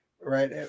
right